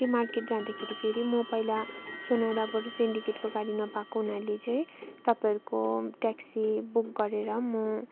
त्यो मार्केट जाँदाखेरि म पहिला सोनादाबाट सिन्डिकेटको गाडी नपाएको हुनाले चाहिँ तपाईँहरूको ट्याक्सी बुक गरेर म